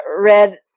read